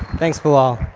thanks to all,